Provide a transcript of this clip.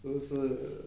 是不是